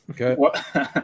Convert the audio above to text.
Okay